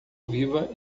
viva